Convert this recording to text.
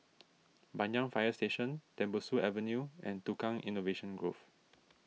Banyan Fire Station Tembusu Avenue and Tukang Innovation Grove